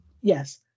Yes